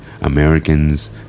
Americans